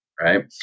Right